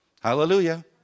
Hallelujah